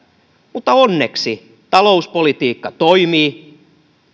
mutta onneksi talouspolitiikka toimii